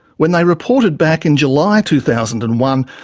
when they reported back in july two thousand and one,